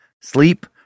sleep